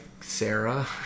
Sarah